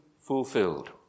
fulfilled